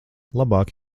labāk